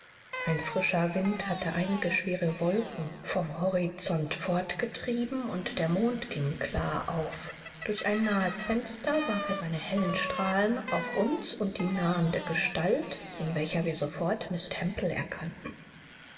ein frischer wind hatte einige schwere wolken vom horizont fortgetrieben und der mond ging klar auf durch ein nahes fenster warf er seine hellen strahlen auf uns und die nahende gestalt in welcher wir sofort miß temple erkannten